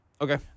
Okay